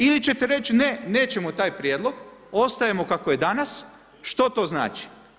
Ili ćete reći ne, nećemo taj prijedlog, ostajemo kako je danas, što to znači?